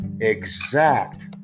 exact